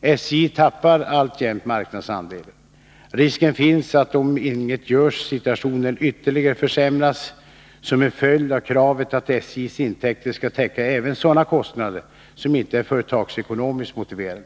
SJ tappar alltjämt marknadsandelar. Risken finns att, om inget görs, situationen ytterligare försämras som en följd av kravet att SJ:s intäkter skall täcka även sådana kostnader som inte är företagsekonomiskt motiverade.